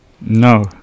No